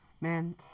Man